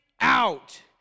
out